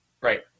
Right